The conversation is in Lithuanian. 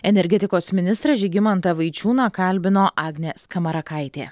energetikos ministrą žygimantą vaičiūną kalbino agnė skamarakaitė